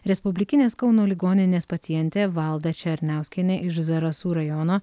respublikinės kauno ligoninės pacientė valda černiauskienė iš zarasų rajono